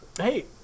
Hey